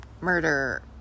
murder